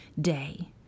day